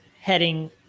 heading